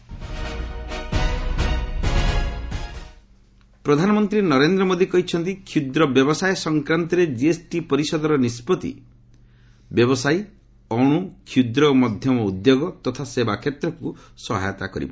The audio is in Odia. ପିଏମ୍ କିଏସ୍ଟି ପ୍ରଧାନମନ୍ତ୍ରୀ ନରେନ୍ଦ୍ର ମୋଦି କହିଛନ୍ତି କ୍ଷୁଦ୍ର ବ୍ୟବସାୟ ସଂକ୍ରାନ୍ତରେ ଜିଏସ୍ଟି ପରିଷଦର ନିଷ୍ପତ୍ତି ବ୍ୟବସାୟୀ ଅଣୁ କ୍ଷୁଦ୍ର ଓ ମଧ୍ୟମ ଉଦ୍ୟୋଗ ତଥା ସେବା କ୍ଷେତ୍ରକୁ ସହାୟତା କରିବ